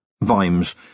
Vimes